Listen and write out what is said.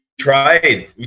tried